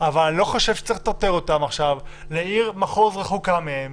אבל אני לא חושב שצריך לטרטר אותם עכשיו לעיר מחוז רחוקה מהם